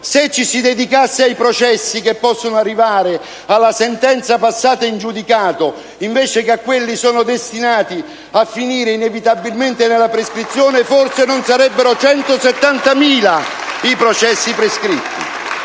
Se ci si dedicasse ai processi che possono arrivare alla sentenza passata in giudicato, invece che a quelli che sono destinati a finire inevitabilmente nella prescrizione, forse non sarebbero 170.000 i processi prescritti!